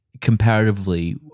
comparatively